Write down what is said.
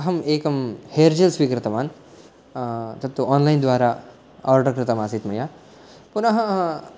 अहम् एकं hair gel स्वीकृतवान् तत्तु आन्लैन् द्वारा आर्डर् कृतम् आसीत् मया पुनः